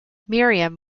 miriam